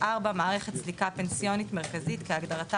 מערכת סליקה פנסיונית מרכזית כהגדרתה